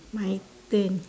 my turn